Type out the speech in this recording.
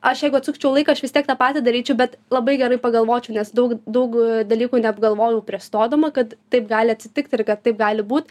aš jeigu atsukčiau laiką aš vis tiek tą patį daryčiau bet labai gerai pagalvočiau nes daug daug dalykų neapgalvojau prieš stodama kad taip gali atsitikti ir kad taip gali būt